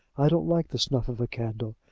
i don't like the snuff of a candle,